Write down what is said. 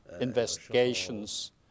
investigations